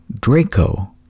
Draco